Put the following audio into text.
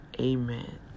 Amen